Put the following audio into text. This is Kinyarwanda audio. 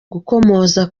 gukomoza